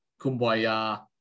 kumbaya